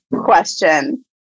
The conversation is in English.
question